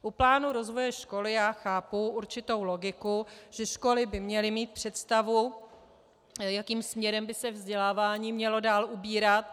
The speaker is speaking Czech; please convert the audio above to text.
U plánu rozvoje školy já chápu určitou logiku, že školy by měly mít představu, jakým směrem by se vzdělávání mělo dál ubírat.